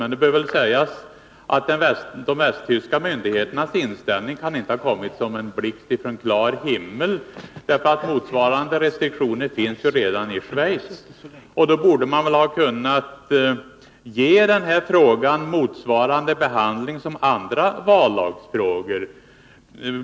Men det bör väl sägas att de västtyska myndigheternas inställning inte kan ha kommit som en blixt från klar himmel. Motsvarande restriktioner finns ju redan i Schweiz. Då borde man väl ha kunnat ge den här frågan motsvarande slags behandling som andra vallagsfrågor.